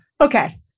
okay